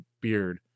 beard